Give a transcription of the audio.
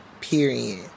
period